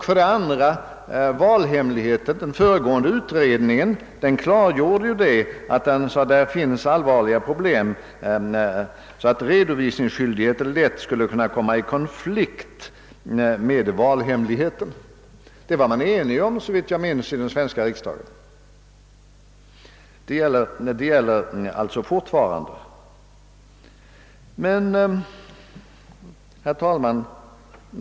För övrigt har en tidigare utredning klargjort att redovisningsskyldighet i det fallet lätt skulle komma i konflikt med valhemligheten. Den saken var man såvitt jag minns enig om här i riksdagen. Skälen gäller fortfarande.